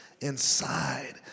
inside